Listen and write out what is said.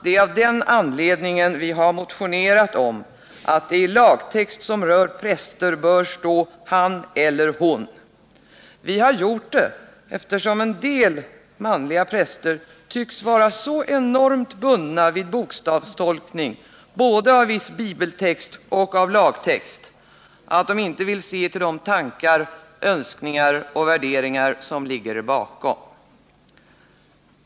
Det är av den anledningen vi har motionerat om att det i lagtext som rör präster bör stå ”han eller hon” när detta åsyftas. Vi har gjort det eftersom en del manliga präster tycks vara så enormt bundna vid bokstavstolkning, både av viss bibeltext och av lagtext, att de inte vill se till de tankar, önskningar och värderingar som ligger bakom.